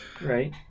Right